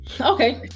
Okay